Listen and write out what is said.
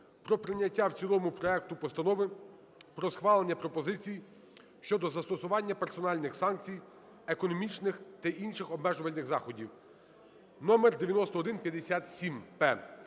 про прийняття в цілому проекту Постанови про схвалення пропозицій щодо застосування персональних санкцій, економічних та інших обмежувальних заходів (№9157-П).